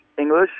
English